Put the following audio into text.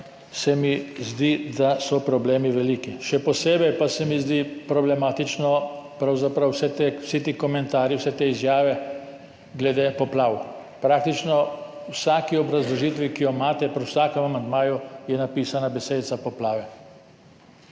se mi zdi, da so problemi veliki. Še posebej pa se mi zdijo problematični pravzaprav vsi ti komentarji, vse te izjave glede poplav. Praktično v vsaki obrazložitvi, ki jo imate, pri vsakem amandmaju je napisana besedica poplave.